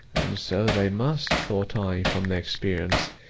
and so they must, thought i, from their experience,